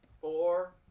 four